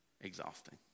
exhausting